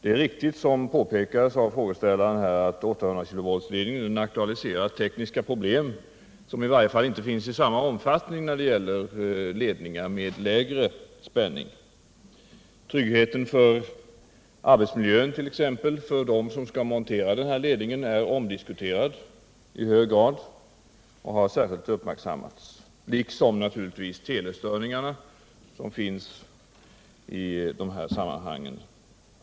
Det är riktigt som påpekades av frågeställaren att 800 kV-ledningen aktualiserar tekniska problem, som i varje fall inte i samma omfattning uppkommer i samband med ledningar med lägre spänning. Exempelvis frågan om tryggheten i arbetsmiljön för dem som skall montera den här ledningen är i hög grad omdiskuterad och har särskilt uppmärksammats liksom de telestörningar som finns med i det här sammanhanget.